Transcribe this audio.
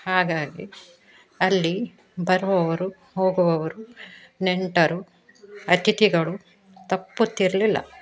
ಹಾಗಾಗಿ ಅಲ್ಲಿ ಬರುವವರು ಹೋಗುವವರು ನೆಂಟರು ಅತಿಥಿಗಳು ತಪ್ಪುತ್ತಿರಲಿಲ್ಲ